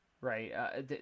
right